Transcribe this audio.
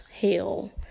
hell